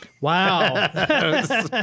Wow